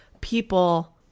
people